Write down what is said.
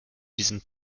diesen